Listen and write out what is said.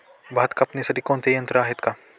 भात कापणीसाठी कोणते यंत्र आहेत का?